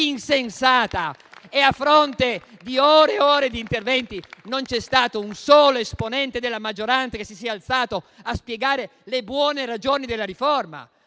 insensata e, a fronte di ore e ore di interventi, non c'è stato un solo esponente della maggioranza che si sia alzato a spiegare le buone ragioni della riforma,